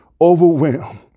overwhelmed